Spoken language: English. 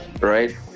right